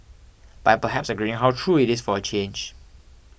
by perhaps agreeing how true it is for a change